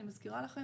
אני מזכירה לכם,